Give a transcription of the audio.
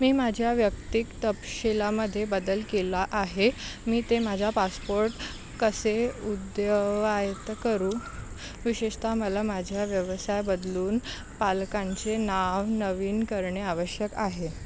मी माझ्या वैयक्तिक तपशीलांमध्ये बदल केला आहे मी ते माझ्या पासपोर्ट कसे अद्ययावत करू विशेषतः मला माझे व्यवसाय बदलून पालकांचे नवीन नाव करणे आवश्यक आहे